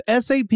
SAP